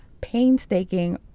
painstaking